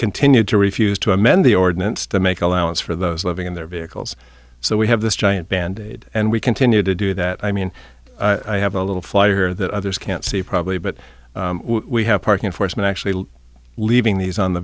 continued to refuse to amend the ordinance to make allowance for those living in their vehicles so we have this giant panda and we continue to do that i mean i have a little flyer that others can't see probably but we have parking enforcement actually leaving these on the